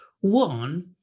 one